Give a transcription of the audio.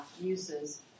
uses